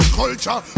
culture